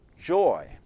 joy